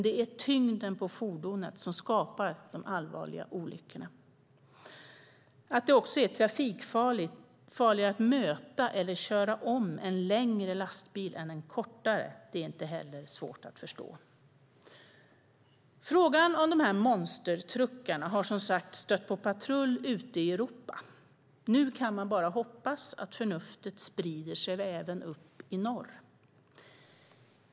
Det är tyngden på fordonet som skapar de allvarliga olyckorna. Att det är trafikfarligare att möta eller köra om en längre lastbil än en kortare är inte heller svårt att förstå. Frågan om dessa monstertruckar har som sagt stött på patrull ute i Europa. Nu kan man bara hoppas att förnuftet sprider sig även upp i norr.